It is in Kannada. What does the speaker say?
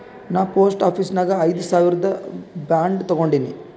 ನಾ ಪೋಸ್ಟ್ ಆಫೀಸ್ ನಾಗ್ ಐಯ್ದ ಸಾವಿರ್ದು ಬಾಂಡ್ ತಗೊಂಡಿನಿ